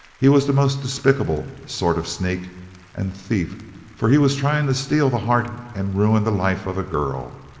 he was the most despicable sort of sneak and thief for he was trying to steal the heart and ruin the life of a girl.